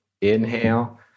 Inhale